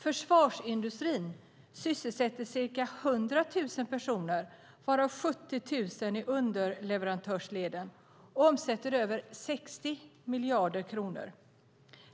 Försvarsindustrin sysselsätter ca 100 000 personer, varav 70 000 i underleverantörsleden, och omsätter över 60 miljarder kronor.